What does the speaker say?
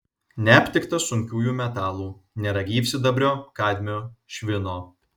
neaptikta sunkiųjų metalų nėra gyvsidabrio kadmio švino